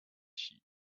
sheep